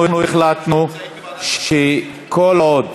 אנחנו החלטנו שכל עוד